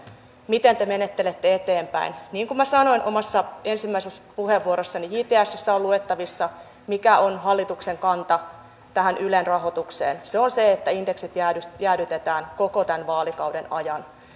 miten te menettelette eteenpäin niin kuin minä sanoin omassa ensimmäisessä puheenvuorossani jtsssä on luettavissa mikä on hallituksen kanta tähän ylen rahoitukseen se on se että indeksit jäädytetään koko tämän vaalikauden ajan